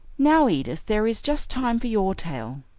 now, edith, there is just time for your tale.